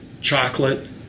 chocolate